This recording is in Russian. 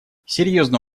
серьезно